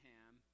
Ham